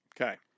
Okay